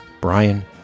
Brian